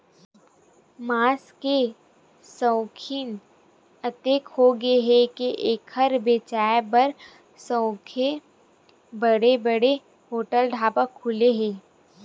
मांस के सउकिन अतेक होगे हे के एखर बेचाए बर सउघे बड़ बड़ होटल, ढाबा खुले हे